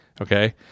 Okay